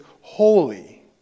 holy